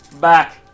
back